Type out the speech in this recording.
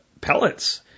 pellets